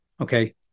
okay